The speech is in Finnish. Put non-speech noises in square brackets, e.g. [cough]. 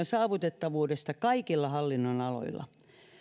[unintelligible] saavutettavuudesta kaikilla hallinnonaloilla